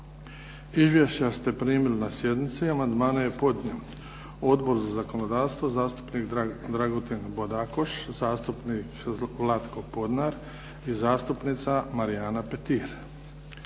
Izvješća ste primili na sjednici. Amandmane je podnio Odbor za zakonodavstvo, zastupnik Dragutin Bodakoš, zastupnik Vlatko Podnar i zastupnica Marijana Petir.